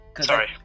Sorry